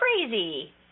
crazy